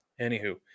Anywho